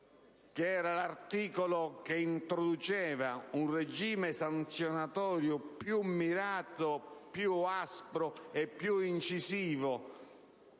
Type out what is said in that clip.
(che era l'articolo che introduceva un regime sanzionatorio più mirato, aspro e incisivo